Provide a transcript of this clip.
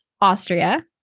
Austria